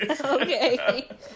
Okay